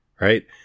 right